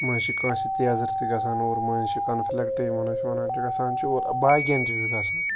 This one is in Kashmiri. مٔںٛزۍ چھِ کٲنٛسہِ تیزَر تہِ گژھان اور مٔنٛزۍ چھِ کَنفِلیکٹ یِمَن ٲسۍ وَنان چھِ گژھان چھِ اور باقٕیَن تہِ چھُ گژھان